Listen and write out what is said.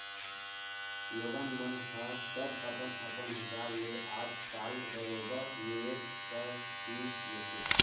लोगन मन ह सब अपन अपन हिसाब ले आज काल बरोबर निवेस कर ही लेथे